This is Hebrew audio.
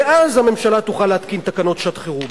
ואז הממשלה תוכל להתקין תקנות לשעת-חירום.